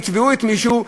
יתבעו מישהו.